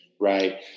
right